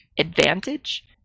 advantage